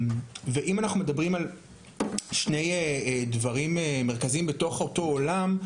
אנחנו מדברים על שני דברים מרכזיים בתוך אותו עולם: